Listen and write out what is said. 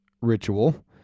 ritual